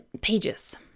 pages